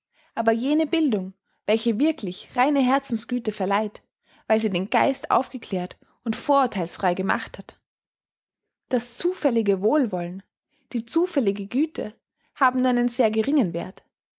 aber jene bildung welche wirklich reine herzensgüte verleiht weil sie den geist aufgeklärt und vorurtheilsfrei gemacht hat das zufällige wohlwollen die zufällige güte haben nur einen sehr geringen werth